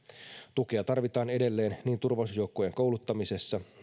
tukea tarvitaan edelleen niin turvallisuusjoukkojen kouluttamisessa